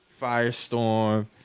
firestorm